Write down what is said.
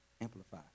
Amplify